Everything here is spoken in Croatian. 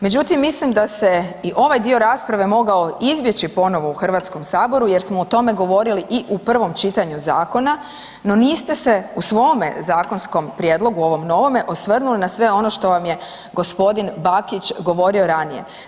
Međutim, mislim da se i ovaj dio rasprave mogao izbjeći ponovno u Hrvatskom saboru, jer smo o tome govorili i u prvom čitanju zakona, no niste se u svome zakonskom prijedlogu, ovom novome, osvrnuli na sve ono što vam je gospodin Bakić govorio ranije.